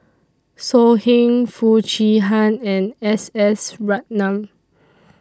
So Heng Foo Chee Han and S S Ratnam